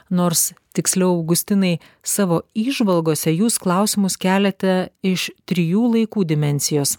nors tiksliau augustinai savo įžvalgose jūs klausimus keliate iš trijų laikų dimensijos